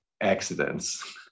accidents